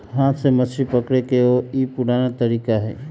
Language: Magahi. हाथ से मछरी पकड़े के एगो ई पुरान तरीका हई